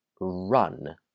run